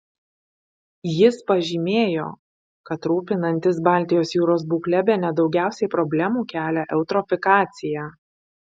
jis pažymėjo kad rūpinantis baltijos jūros būkle bene daugiausiai problemų kelia eutrofikacija